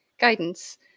guidance